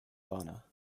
fauna